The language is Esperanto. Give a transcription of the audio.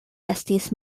estis